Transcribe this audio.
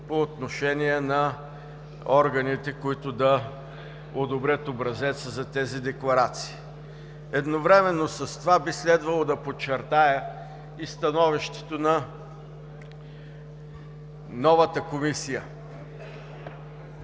по отношение на органите, които да одобрят образеца за тези декларации. Едновременно с това би следвало да подчертая и становището на новата Комисия